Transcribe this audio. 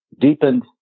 deepened